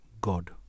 God